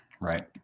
right